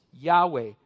Yahweh